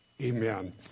Amen